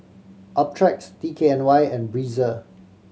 Optrex D K N Y and Breezer